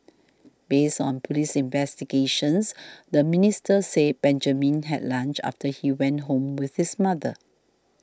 based on police investigations the minister said Benjamin had lunch after he went home with his mother